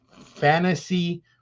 fantasy